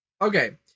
Okay